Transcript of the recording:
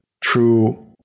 true